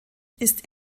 ist